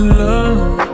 love